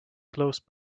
close